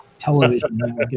television